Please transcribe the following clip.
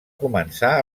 començar